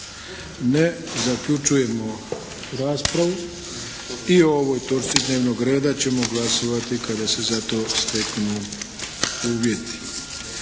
Ne. Zaključujemo raspravu. I ovoj točci dnevnog reda ćemo glasovati kada se za to steknu uvjeti.